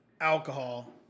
Alcohol